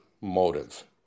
motive